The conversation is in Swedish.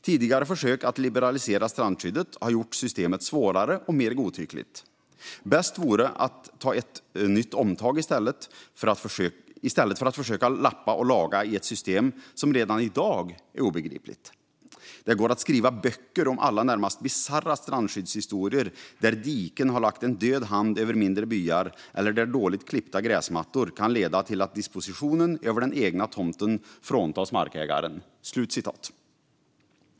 Tidigare försök att liberalisera strandskyddet har gjort systemet svårare och mer godtyckligt. Bäst vore att ta ett nytt omtag istället för att försöka lappa och laga i ett system som redan idag är obegripligt. Det går att skriva böcker om alla närmast bisarra strandskyddshistorier där diken har lagt en död hand över mindre byar eller där dåligt klippta gräsmattor kan leda till att dispositionen över den egna tomten fråntas markägaren."